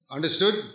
Understood